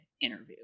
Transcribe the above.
interview